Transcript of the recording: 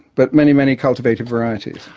but many, many cultivated varieties.